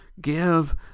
give